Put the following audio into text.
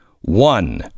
One